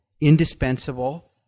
indispensable